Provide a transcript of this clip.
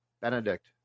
Benedict